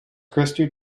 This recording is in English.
christy